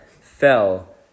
fell